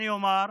אני אומר: